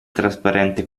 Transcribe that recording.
trasparente